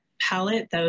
palette